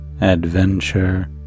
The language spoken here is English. adventure